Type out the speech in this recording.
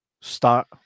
start